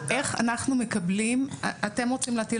איך אנחנו מקבלים אתם רוצים להטיל